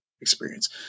experience